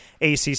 ACC